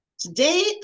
Today